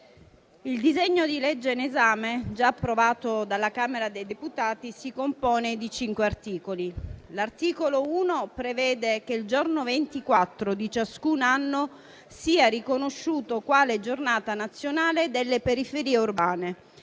il disegno di legge in esame, già approvato dalla Camera dei deputati, si compone di cinque articoli. L'articolo 1 prevede che il giorno 24 di ciascun anno sia riconosciuto quale Giornata nazionale delle periferie urbane,